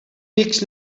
weeks